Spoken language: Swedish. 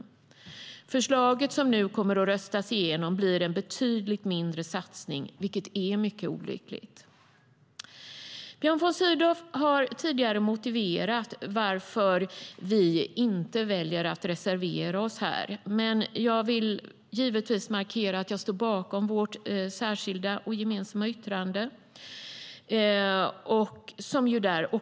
Det förslag som nu kommer att röstas igenom blir en betydligt mindre satsning, vilket är mycket olyckligt. Björn von Sydow har tidigare sagt varför vi inte väljer att reservera oss. Jag vill givetvis markera att vi står bakom vårt särskilda yttrande som vi har gemensamt med andra partier.